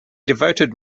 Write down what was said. devoted